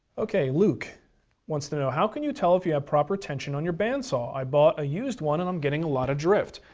ok, luke wants to know, how can you tell if you have proper tension on your bandsaw? i bought a used one and i'm getting a lot of drift.